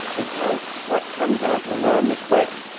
because what comes out of the worm is wet.